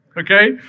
okay